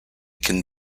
can